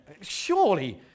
surely